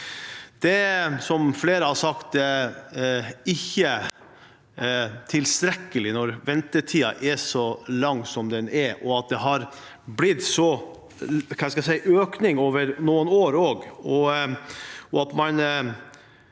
sagt, ikke tilstrekkelig når ventetiden er så lang som den er, og at det har blitt en slik økning over noen år.